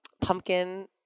pumpkin